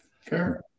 Fair